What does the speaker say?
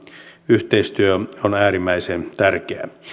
yhteistyö on äärimmäisen tärkeää